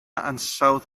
ansawdd